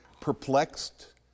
perplexed